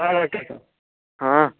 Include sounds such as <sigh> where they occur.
हाँ <unintelligible> हाँ